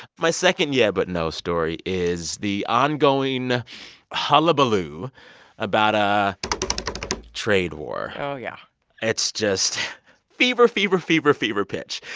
my second yeah, but no story is the ongoing hullabaloo about a trade war oh, yeah it's just fever, fever, fever, fever pitch.